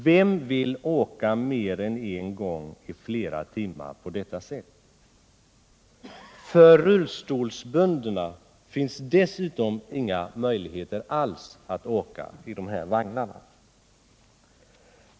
Vem vill åka mer än en gång i flera timmar på detta sätt? För rullstolsbundna finns dessutom inga möjligheter alls att åka i dessa vagnar.